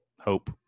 hope